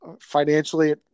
financially